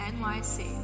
nyc